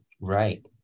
right